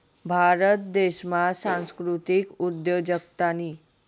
भारत देशमा सांस्कृतिक उद्योजकतानी